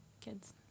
kids